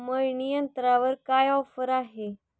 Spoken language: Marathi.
मळणी यंत्रावर काय ऑफर आहे?